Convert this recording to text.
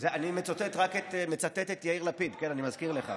אני מצטט רק את יאיר לפיד, אני מזכיר לך.